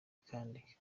kandi